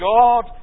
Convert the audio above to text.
God